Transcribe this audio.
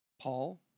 Paul